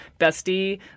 bestie